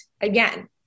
again